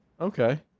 Okay